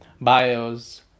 bios